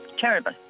Terrible